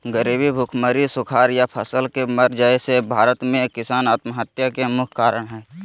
गरीबी, भुखमरी, सुखाड़ या फसल के मर जाय से भारत में किसान आत्महत्या के मुख्य कारण हय